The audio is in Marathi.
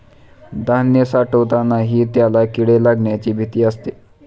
धान्य साठवतानाही त्याला किडे लागण्याची भीती असते